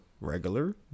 regular